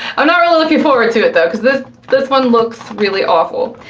i'm not really looking forward to it, though, cause this this one looks really awful.